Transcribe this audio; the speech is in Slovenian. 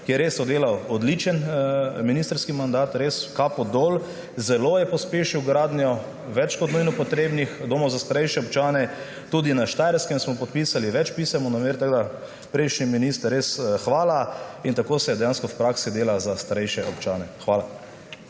ki je res oddelal odličen ministrskih mandat. Res, kapo dol! Zelo je pospešil gradnjo več kot nujno potrebnih domov za starejše občane. Tudi na Štajerskem smo podpisali več pisem o nameri. Tako, prejšnji minister, res hvala! Tako se dejansko v praksi dela za starejše občane. Hvala.